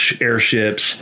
airships